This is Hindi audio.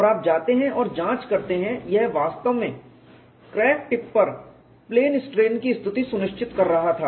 और आप जाते हैं और जांच करते हैं यह वास्तव में क्रैक टिप पर प्लेन स्ट्रेन की स्थिति सुनिश्चित कर रहा था